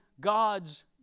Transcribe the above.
God's